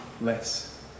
less